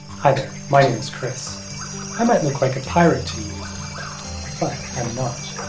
hi there, my name is chris i might look like a pirate to you but i'm not.